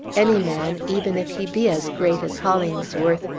any man, even if he be as great as hollingsworth,